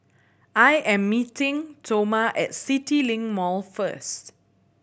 I am meeting Toma at CityLink Mall first